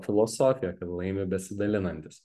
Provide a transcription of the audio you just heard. filosofijoja kad laimi besidalinantys